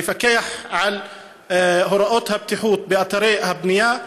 לפקח על הוראות הבטיחות באתרי הבנייה,